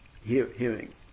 hearing